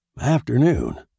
Afternoon